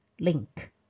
link